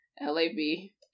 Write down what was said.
L-A-B